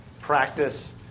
practice